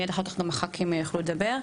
מיד אחר כך גם הח״כים יוכלו לדבר.